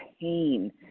pain